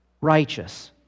righteous